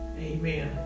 Amen